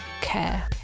care